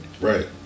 Right